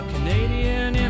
Canadian